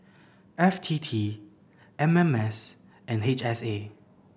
F T T M M S and H S A